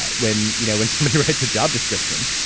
ah when you know when somebody writes a job description,